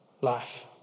life